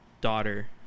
daughter